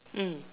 mm